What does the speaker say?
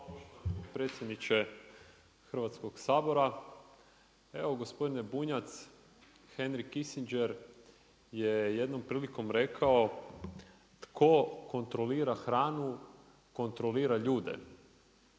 Hrvatskog sabora. Evo gospodine Bunjac, Henry Kissinger je jednom prilikom rekao „Tko kontrolira hranu, kontrolira ljude“.